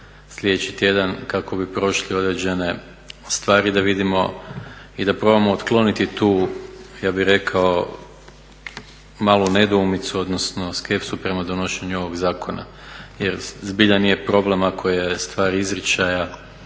sljedeći tjedan kako bi prošli određene stvari da vidimo i da probamo otkloniti tu ja bih rekao malu nedoumicu odnosno skepsu prema donošenju ovog zakona jer zbilja nije problem ako je stvar izričaja